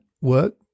work